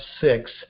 six